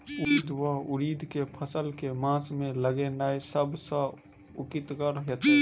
उड़ीद वा उड़द केँ फसल केँ मास मे लगेनाय सब सऽ उकीतगर हेतै?